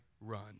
run